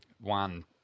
one